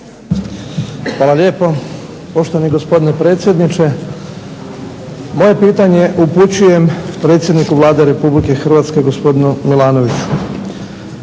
Hvala lijepo poštovani gospodine predsjedniče. Moje pitanje upućujem predsjedniku Vlade RH gospodinu Milanoviću.